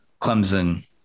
Clemson